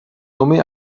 nommée